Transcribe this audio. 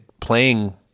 playing